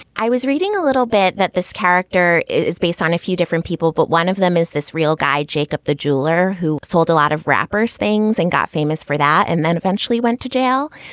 i was reading a little bit that this character is based on a few different people, but one of them is this real guy, jacob, the jeweler who sold a lot of rapper's things and got famous for that. and then eventually went to jail.